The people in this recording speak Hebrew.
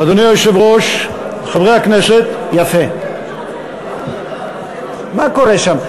אדוני היושב-ראש, חברי הכנסת, מה קורה שם?